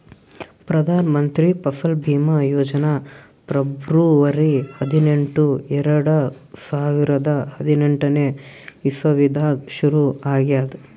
Pradhan Mantri Fasal Bima Yojana February ಹದಿನೆಂಟು, ಎರಡು ಸಾವಿರದಾ ಹದಿನೆಂಟನೇ ಇಸವಿದಾಗ್ ಶುರು ಆಗ್ಯಾದ್